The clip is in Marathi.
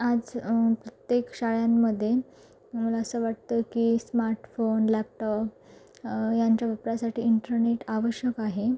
आज प्रत्येक शाळांमध्ये मला असं वाटतं की स्मार्टफोन लॅपटाॅप यांच्या वापरासाठी इंटरनेट आवश्यक आहे